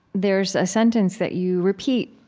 there is a sentence that you repeat,